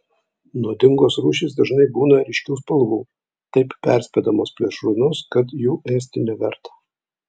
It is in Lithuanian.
nuodingos rūšys dažnai būna ryškių spalvų taip perspėdamos plėšrūnus kad jų ėsti neverta